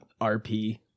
RP